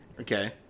Okay